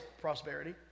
prosperity